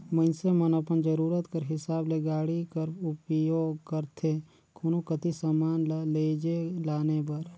मइनसे मन अपन जरूरत कर हिसाब ले गाड़ी कर उपियोग करथे कोनो कती समान ल लेइजे लाने बर